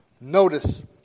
Notice